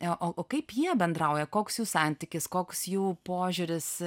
o o kaip jie bendrauja koks jų santykis koks jų požiūris